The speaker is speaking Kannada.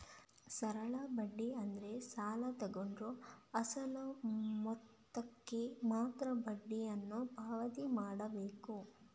ಸರಳ ಬಡ್ಡಿ ಅಂದ್ರೆ ಸಾಲ ತಗೊಂಡವ್ರು ಅಸಲು ಮೊತ್ತಕ್ಕೆ ಮಾತ್ರ ಬಡ್ಡಿಯನ್ನು ಪಾವತಿ ಮಾಡ್ಬೇಕು